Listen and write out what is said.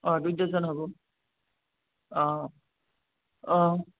অঁ দুই ডজন হ'ব অঁ অঁ